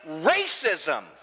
racism